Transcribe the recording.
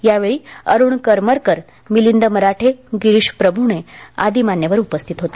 यावेळी अरुण करमरकर मिलिंद मराठे गिरीष प्रभ्गे आदी मान्यवर उपस्थित होते